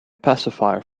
pacifier